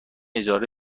اجاره